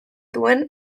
duen